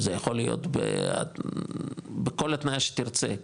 זה יכול להיות בכל התניה שתרצה,